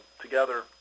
together